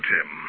Tim